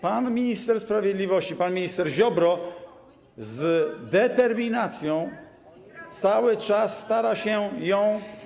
pan minister sprawiedliwości, pan minister Ziobro z determinacją cały czas stara się urzeczywistnić.